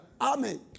Amen